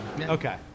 Okay